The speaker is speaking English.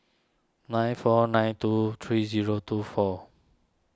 nine four nine two three zero two four